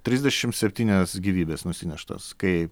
trisdešimt septynios gyvybės nusineštos kai